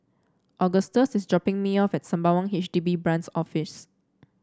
Agustus is dropping me off at Sembawang H D B Branch Office